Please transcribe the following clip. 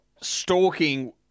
stalking